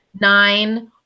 nine